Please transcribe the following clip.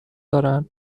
دارن